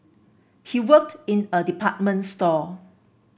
he worked in a department store